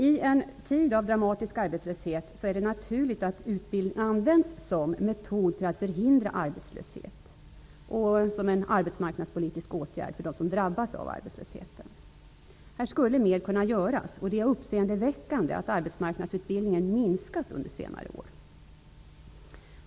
I en tid av dramatisk arbetslöshet är det naturligt att utbildning används som metod för att förhindra arbetslöshet och som en arbetsmarknadspolitisk åtgärd för dem som drabbas av arbetslösheten. Här skulle mer kunna göras. Det är uppseendeväckande att arbetsmarknadsutbildningens omfattning minskat under senare år.